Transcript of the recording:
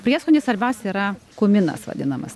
prieskoniai svarbiausia yra kuminas vadinamas